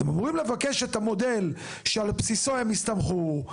אתם אמורים לבקש את המודל שעל בסיסו הם הסתמכו,